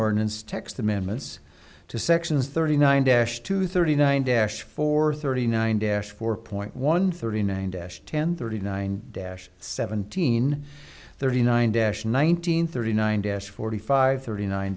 ordinance text amendments to sections thirty nine dash to thirty nine dash four thirty nine dash four point one thirty nine dash ten thirty nine dash seventeen thirty nine dash nineteen thirty nine dash forty five thirty nine